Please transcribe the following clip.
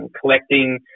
collecting